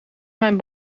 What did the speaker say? mijn